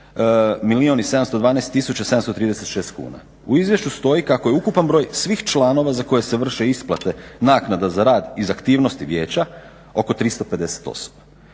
736 kuna. U Izvješću stoji kako je ukupan broj svih članova za koje se vrše isplate naknada za rad iz aktivnosti Vijeća oko 350 osoba.